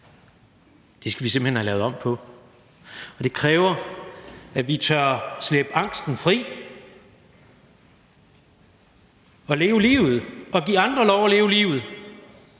Det skal vi simpelt hen have lavet om på. Det kræver, at vi tør slippe angsten og leve livet og give andre lov til at leve livet